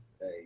Hey